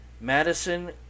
Madison